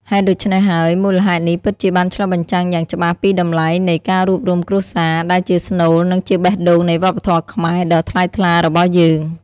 ហេតុដូច្នេះហើយ មូលហេតុនេះពិតជាបានឆ្លុះបញ្ចាំងយ៉ាងច្បាស់ពីតម្លៃនៃ ការរួបរួមគ្រួសារ ដែលជាស្នូល និងជាបេះដូងនៃវប្បធម៌ខ្មែរដ៏ថ្លៃថ្លារបស់យើង។